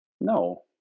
no